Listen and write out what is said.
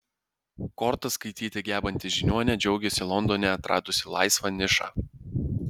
kortas skaityti gebanti žiniuonė džiaugiasi londone atradusi laisvą nišą